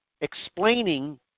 explaining